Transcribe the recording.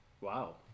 Wow